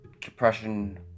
Depression